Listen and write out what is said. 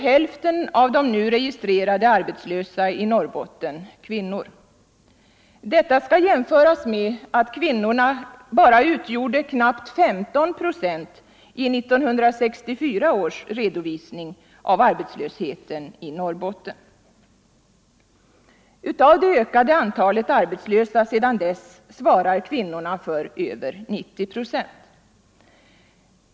Hälften av de nu registrerade arbetslösa i Norrbotten är sålunda kvinnor. Detta skall jämföras med att kvinnorna endast utgjorde knappt 15 procent i 1964 års redovisning av arbetslösheten i Norrbotten. Av det ökade antalet arbetslösa sedan dess svarar kvinnorna för över 90 procent.